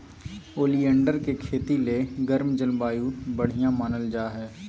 oleander के खेती ले गर्म जलवायु बढ़िया मानल जा हय